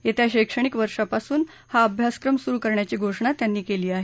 येत्या शैक्षणिक वर्षापासून हा अभ्यासक्रमे सुरु करण्याची घोषणा त्यांनी केली आहे